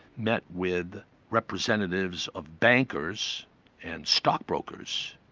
met with representatives of bankers and stockbrokers,